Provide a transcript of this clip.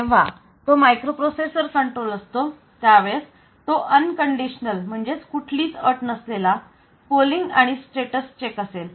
जेव्हा तो microprocessor control असतो त्यावेळेस तो अन कंडिशनल म्हणजे कुठलीच अट नसलेला पोलिंग आणि स्टेटस चेक असेल